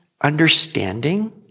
understanding